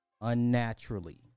unnaturally